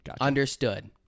understood